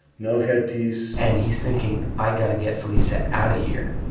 no headpiece and he's thinking, i got to get felisa out of here